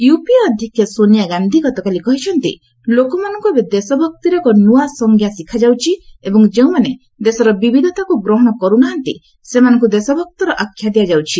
UPA ଅଧ୍ୟକ୍ଷ ସୋନିଆ ଗାନ୍ଧି ଗତକାଲି କହିଛନ୍ତି ଲୋକମାନଙ୍କୁ ଏବେ ଦେଶଭକ୍ତିର ଏକ ନୂଆ ସଂଜ୍ଞା ଶିଖାଯାଉଛି ଏବଂ ଯେଉଁମାନେ ଦେଶର ବିବିଧତାକୁ ଗ୍ରହଣ କରୁନାହାନ୍ତି ସେମାନଙ୍କୁ ଦେଶଭକ୍ତର ଆଖ୍ୟା ଦିଆଯାଉଛି